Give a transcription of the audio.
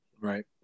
Right